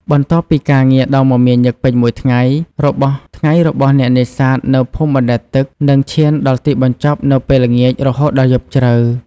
បន្ទាប់ពីការងារដ៏មមាញឹកពេញមួយថ្ងៃ ថ្ងៃរបស់អ្នកនេសាទនៅភូមិបណ្តែតទឹកនឹងឈានដល់ទីបញ្ចប់នៅពេលល្ងាចរហូតដល់យប់ជ្រៅ។